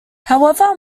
however